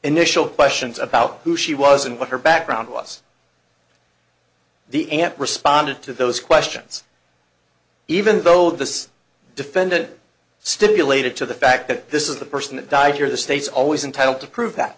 initial questions about who she was and what her background was the aunt responded to those questions even though the defendant stipulated to the fact that this is the person that died here the state's always entitle to prove that